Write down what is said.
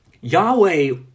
Yahweh